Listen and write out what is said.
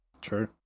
True